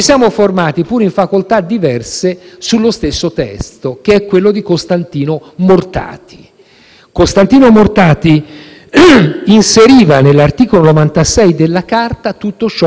Costantino Mortati inseriva nell'articolo 96 della Carta tutto ciò che attiene alla giustizia politica. Ed è l'articolo 96 della